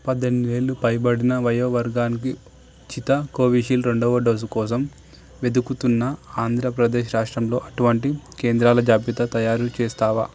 పద్దెనిమిదేళ్ళు పైబడిన వయో వర్గానికి ఉచిత కోవిషీల్డ్ రెండవ డోసు కోసం వెతుకుతున్నా ఆంధ్ర ప్రదేశ్ రాష్ట్రంలో అటువంటి కేంద్రాల జాబితా తయారు చేస్తావా